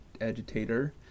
Agitator